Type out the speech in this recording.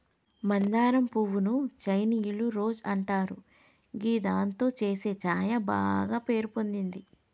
మందారం పువ్వు ను చైనీయుల రోజ్ అంటారు గిదాంతో చేసే ఛాయ బాగ పేరు పొందింది